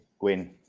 Win